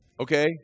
Okay